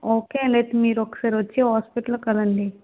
okay అండి రేపు మీరు ఒకసారి వచ్చి హాస్పిటల్లో కలవండి